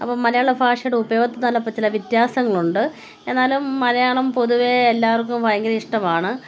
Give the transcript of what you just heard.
അപ്പം മലയാള ഭാഷയുടെ ഉപയോഗത്തിൽ വ്യത്യാസങ്ങളുണ്ട് എന്നാലും മലയാളം പൊതുവേ എല്ലാവർക്കും ഭയങ്കര ഇഷ്ടമാണ്